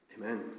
Amen